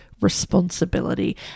responsibility